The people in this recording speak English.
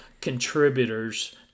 contributors